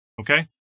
Okay